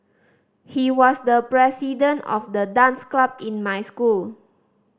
he was the president of the dance club in my school